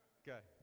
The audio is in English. okay